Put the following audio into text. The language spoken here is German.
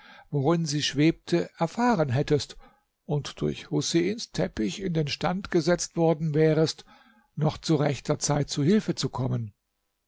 worin sie schwebte erfahren hättest und durch huseins teppich in den stand gesetzt worden wärest noch zu rechter zeit zu hilfe zu kommen